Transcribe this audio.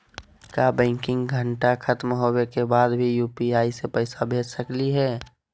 का बैंकिंग घंटा खत्म होवे के बाद भी यू.पी.आई से पैसा भेज सकली हे?